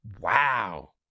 wow